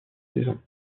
saisons